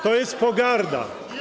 To jest pogarda.